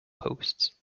posts